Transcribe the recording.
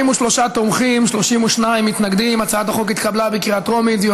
התשע"ח 2017,